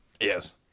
yes